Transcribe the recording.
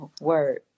Word